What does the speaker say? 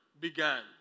began